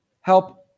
Help